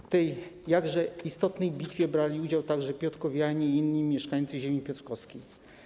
W tej jakże istotnej bitwie brali udział także piotrkowianie i inni mieszkańcy ziemi piotrkowskiej.